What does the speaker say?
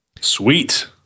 Sweet